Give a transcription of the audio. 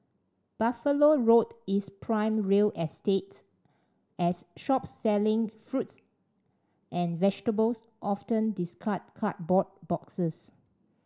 Buffalo Road is prime real estate as shops selling fruits and vegetables often discard cardboard boxes